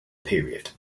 period